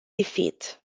defeat